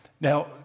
Now